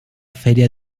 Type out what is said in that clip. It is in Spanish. feria